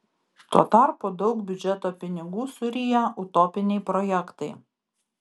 tuo tarpu daug biudžeto pinigų suryja utopiniai projektai